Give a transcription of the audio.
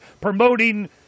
promoting